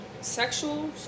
sexual